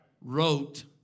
wrote